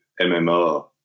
MMR